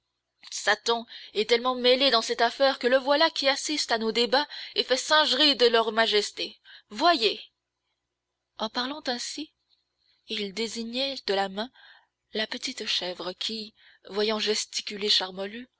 satan est tellement mêlé dans cette affaire que le voilà qui assiste à nos débats et fait singerie de leur majesté voyez en parlant ainsi il désignait de la main la petite chèvre qui voyant gesticuler